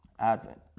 Advent